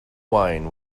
wine